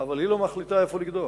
אבל היא לא מחליטה איפה לקדוח.